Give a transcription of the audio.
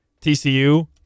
TCU